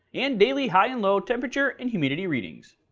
and daily high and low temperature and humidity readings.